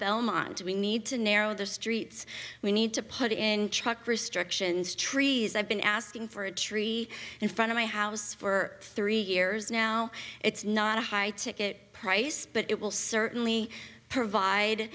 the elmont we need to narrow the streets we need to put in truck restrictions trees i've been asking for a tree in front of my house for three years now it's not a high ticket price but it will certainly provide